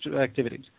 activities